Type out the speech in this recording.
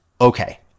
okay